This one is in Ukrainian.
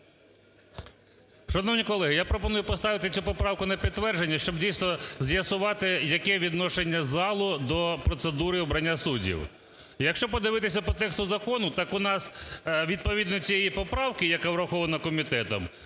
Шановні колеги, я пропоную поставити цю поправку на підтвердження, щоб дійсно з'ясувати, яке відношення залу до процедури обрання суддів. Якщо подивитися по тексту закону, так у нас відповідно цієї поправки, яка врахована комітетом,